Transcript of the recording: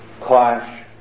clash